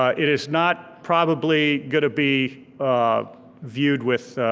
ah it is not, probably, gonna be um viewed with